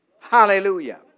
Hallelujah